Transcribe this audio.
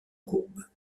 courbe